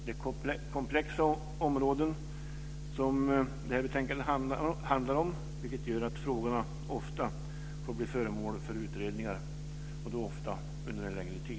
Det handlar om komplexa områden, vilket gör att frågorna, ofta under längre tid, blir föremål för utredningar.